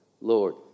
Lord